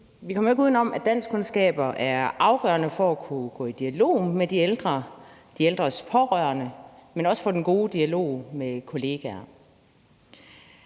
vi kommer ikke uden om, at danskkundskaber er afgørende for at kunne gå i dialog med de ældre og de ældres pårørende, men også for den gode dialog med kollegaer.